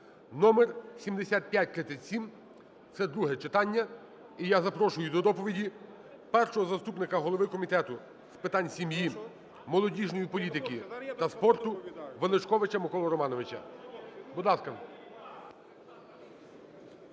(№7537) – це друге читання. І я запрошую до доповіді першого заступника голови Комітету з питань сім'ї, молодіжної політики та спорту Величковича Миколу Романовича. Будь ласка.